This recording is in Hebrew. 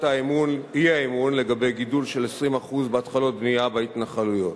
האי-אמון לגבי גידול של 20% בהתחלות בנייה בהתנחלויות.